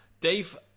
Dave